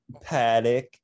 paddock